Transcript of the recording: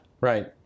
Right